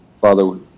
Father